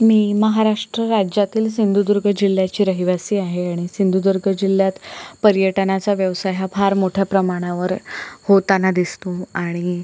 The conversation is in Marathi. मी महाराष्ट्र राज्यातील सिंधुदुर्ग जिल्ह्याची रहिवासी आहे आणि सिंधुदुर्ग जिल्ह्यात पर्यटनाचा व्यवसाय हा फार मोठ्या प्रमाणावर होताना दिसतो आणि